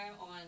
on